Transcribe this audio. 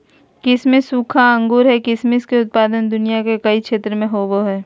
किसमिस सूखा अंगूर हइ किसमिस के उत्पादन दुनिया के कई क्षेत्र में होबैय हइ